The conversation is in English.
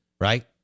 right